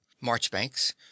Marchbanks